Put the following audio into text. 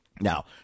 now